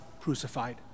crucified